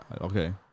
Okay